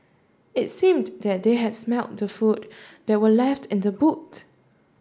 it seemed that they had smelt the food that were left in the boot